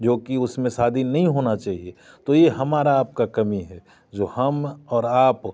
जो कि उसमें शादी नहीं होना चाहिए तो ये हमारा आपका कमी है जो हम और आप